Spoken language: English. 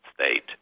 state